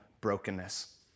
brokenness